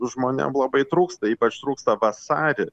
žmonėm labai trūksta ypač trūksta vasarį